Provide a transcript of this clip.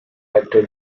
actor